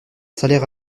salaire